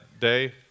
day